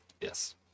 Yes